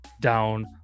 down